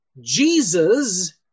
Jesus